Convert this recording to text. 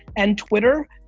and twitter,